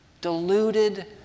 deluded